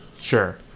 Sure